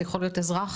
זה יכול להיות אזרח,